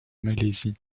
malaisie